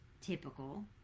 typical